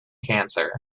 cancer